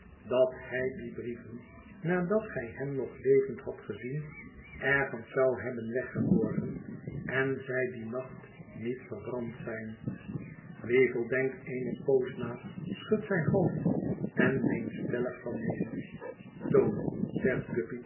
dat hij die brieven nadat gij hem nog levend hadt gezien ergens zou hebben weggeborgen en zij dien nacht niet verbrand zijn weevle denkt eene poos na schudt zijn hoofd en meent stellig van neen tony zegt